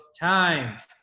times